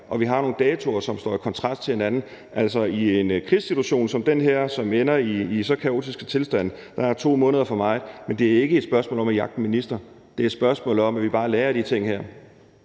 og vi har nogle datoer, som står i kontrast til hinanden. Altså, i en krigssituation som den her, som ender i så kaotiske tilstande, er 2 måneder for meget. Men det er ikke et spørgsmål om at jagte en minister. Det er et spørgsmål om, at vi bare lærer af de her